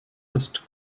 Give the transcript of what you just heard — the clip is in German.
ist